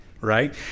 right